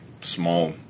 small